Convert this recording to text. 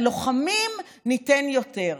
ללוחמים ניתן יותר.